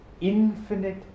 infinite